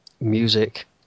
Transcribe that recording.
Music